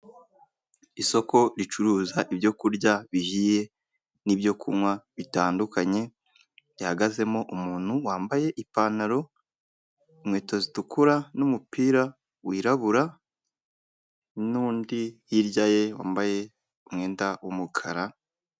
Isoko ricuruza ibyokurya bihiye n'ibyo kunywa bitandukanye, byahagazemo umuntu wambaye ipantaro, inkweto zitukura n'umupira wirabura n'undi hirya ye wambaye umwenda w'umukara.